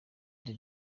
the